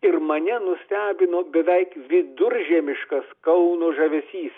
ir mane nustebino beveik viduržemiškas kauno žavesys